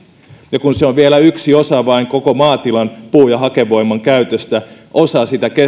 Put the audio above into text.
ja kun se on vielä vain yksi osa koko maatilan puu ja hakevoiman käytöstä osa sitä